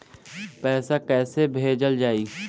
पैसा कैसे भेजल जाइ?